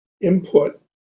input